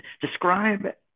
describe